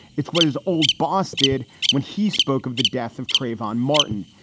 it's what his old boss did when he spoke of the death of trayvon martin.